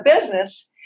business